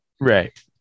Right